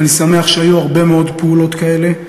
ואני שמח שהיו הרבה מאוד פעולות כאלה.